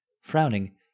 Frowning